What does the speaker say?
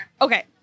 okay